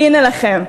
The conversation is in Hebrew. הנה לכם.